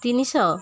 ତିନିଶହ